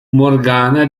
morgana